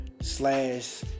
Slash